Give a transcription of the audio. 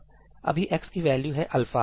इसलिए अभी X की वैल्यू है अल्फा